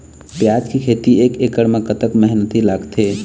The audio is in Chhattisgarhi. प्याज के खेती एक एकड़ म कतक मेहनती लागथे?